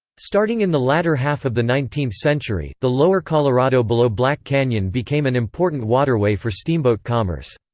starting in the latter half of the nineteenth century, the lower colorado below black canyon became an important waterway for steamboat commerce.